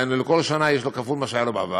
דהיינו לכל שנה יש לו כפול ממה שהיה לו בעבר.